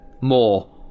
more